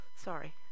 Sorry